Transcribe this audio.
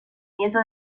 nieto